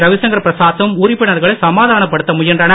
ரவிரங்கர் பிரசாத்தும் உறுப்பினர்களை சமாதானப்படுத்த முயன்றனர்